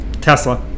Tesla